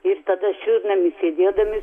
ir tada šiltnamy sėdėdami